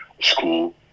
school